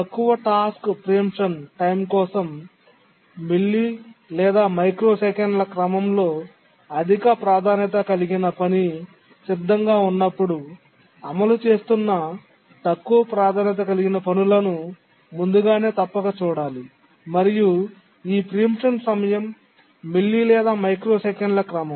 తక్కువ task preemption times కోసం milli లేదా మైక్రోసెకన్ల క్రమంలో అధిక ప్రాధాన్యత కలిగిన పని సిద్ధంగా ఉన్నప్పుడు అమలు చేస్తున్న తక్కువ ప్రాధాన్యత కలిగిన పనులను ముందుగానే తప్పక చూడాలి మరియు ఈ ప్రీమిప్షన్ సమయం మిల్లీ లేదా మైక్రోసెకన్ల క్రమం